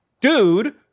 dude